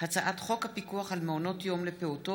הצעת חוק הפיקוח על מעונות יום לפעוטות,